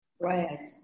Right